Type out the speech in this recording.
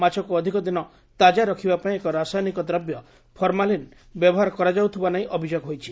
ମାଛକୁ ଅଧିକ ଦିନ ତାକା ରଖିବାପାଇଁ ଏକ ରାସାୟନିକ ଦ୍ରବ୍ୟ ଫର୍ମାଲିନ୍ ବ୍ୟବହାର କରାଯାଉଥିବା ନେଇ ଅଭିଯୋଗ ହୋଇଛି